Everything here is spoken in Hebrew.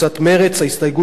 ההסתייגות האחרונה,